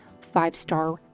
five-star